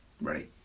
Ready